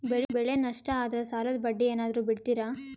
ಬೆಳೆ ನಷ್ಟ ಆದ್ರ ಸಾಲದ ಬಡ್ಡಿ ಏನಾದ್ರು ಬಿಡ್ತಿರಾ?